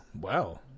Wow